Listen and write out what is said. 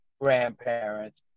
grandparents